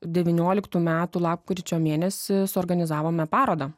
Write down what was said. devynioliktų metų lapkričio mėnesį suorganizavome parodą